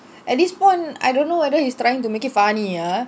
at this point I don't know whether he's trying to make it funny ah